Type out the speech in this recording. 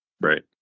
Right